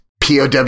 POW